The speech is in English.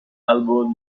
elbowed